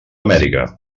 amèrica